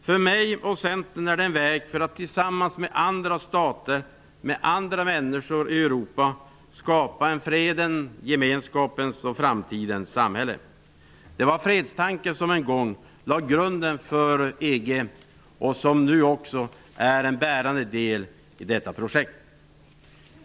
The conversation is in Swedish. För mig och Centern är det en väg för att vi tillsammans med andra stater och andra människor i Europa skall kunna skapa ett fredens, gemenskapens och framtidens samhälle. Det var fredstanken som en gång var grunden för EG och som nu också är en bärande del i detta projekt.